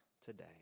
today